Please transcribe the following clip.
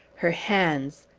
her hands!